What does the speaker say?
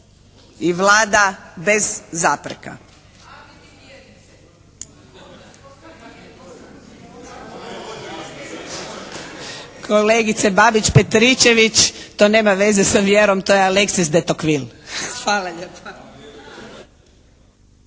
i vlada bez zapreka.